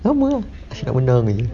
sama oh asyik nak menang jer